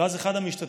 ואז אחד המשתתפים,